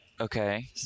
Okay